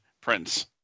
Prince